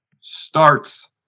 starts